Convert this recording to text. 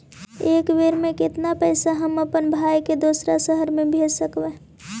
एक बेर मे कतना पैसा हम अपन भाइ के दोसर शहर मे भेज सकबै?